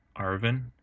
Arvin